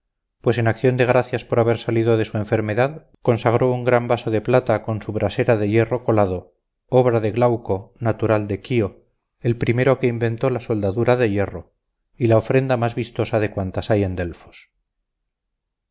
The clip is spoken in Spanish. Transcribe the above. pues en acción de gracias por haber salido de su enfermedad consagró un gran vaso de plata con su basera de hierro colado obra de glauco natural de quío el primero que inventó la soldadura de hierro y la ofrenda más vistosa de cuantas hay en delfos